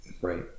Right